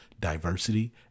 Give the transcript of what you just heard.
diversity